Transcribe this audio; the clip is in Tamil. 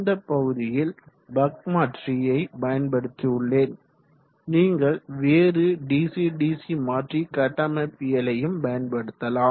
இந்த பகுதியில் பக் மாற்றியை பயன்படுத்தி உள்ளேன் நீங்கள் வேறு டிசி டிசி மாற்றி கட்டமைப்பியலையும் பயன்படுத்தலாம்